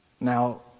Now